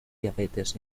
diabetes